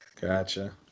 gotcha